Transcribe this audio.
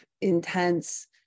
intense